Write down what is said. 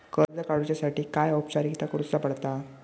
कर्ज काडुच्यासाठी काय औपचारिकता करुचा पडता?